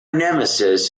nemesis